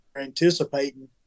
anticipating